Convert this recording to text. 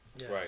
Right